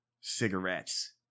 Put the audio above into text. Cigarettes